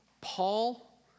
Paul